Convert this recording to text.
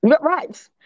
Right